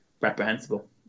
reprehensible